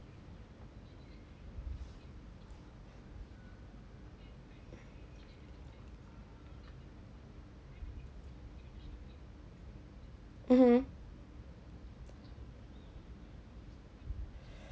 mmhmm